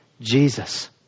Jesus